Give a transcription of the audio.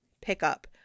pickup